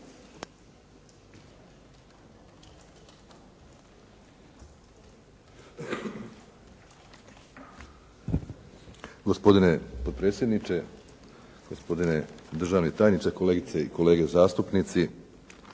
Gospodine potpredsjedniče, gospodine državni tajniče, kolegice i kolege zastupnici.